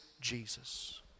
Jesus